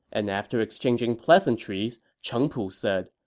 and after exchanging pleasantries, cheng pu said,